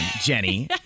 Jenny